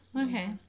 okay